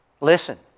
Listen